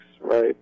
right